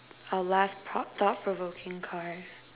our last tho~ thought provoking card